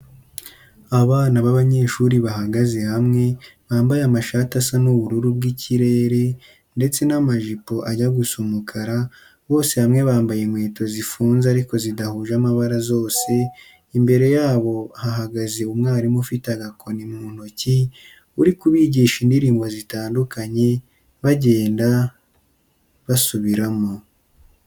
Abana b'abanyeshuri bahagaze hamwe, bambaye amashati asa n'ubururu bw'ikirere, ndetse n'amajipo ajya gusa umukara, bose hamwe bambaye inkweto zifunze ariko zidahuje amabara zose, imbere yabo hahagaze umwarimu ufite agakoni mu ntoki uri kubigisha indirimbo zitandukanye bagenda basubiramo.